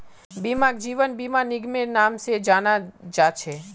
बीमाक जीवन बीमा निगमेर नाम से जाना जा छे